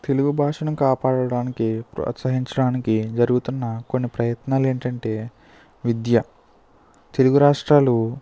తెలుగు భాషను కాపాడడానికి ప్రోత్సహించడానికి జరుగుతున్న కొన్ని ప్రయత్నాలు ఏంటంటే విద్యా తెలుగు రాష్ట్రాలు